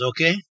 okay